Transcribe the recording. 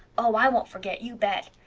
oh, i won't forget, you bet.